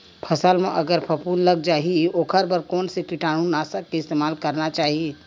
फसल म अगर फफूंद लग जा ही ओखर बर कोन से कीटानु नाशक के इस्तेमाल करना चाहि?